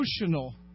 emotional